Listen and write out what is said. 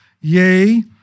Yea